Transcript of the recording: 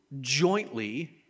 jointly